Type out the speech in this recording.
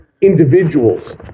individuals